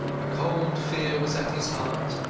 a cold fear was at his heart.